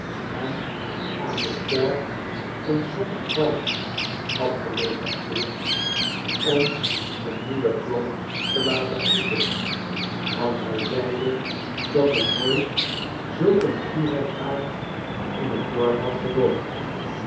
en aan de kerk eene so in gelds had gelegateerd om eene nieuwe klok te laten gieten want hij zeide dat er nooit zulk een gierigaard in het dorp had gewoond